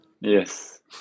Yes